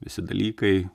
visi dalykai